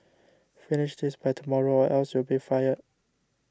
finish this by tomorrow or else you'll be fired